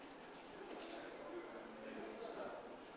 סתיו שפיר ואופיר אקוניס.